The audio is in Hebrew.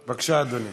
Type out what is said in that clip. בבקשה, אדוני.